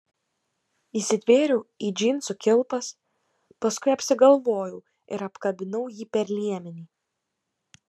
įsitvėriau į džinsų kilpas paskui apsigalvojau ir apkabinau jį per liemenį